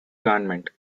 government